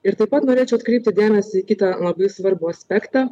ir taip pat norėčiau atkreipti dėmesį į kitą labai svarbų aspektą